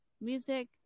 music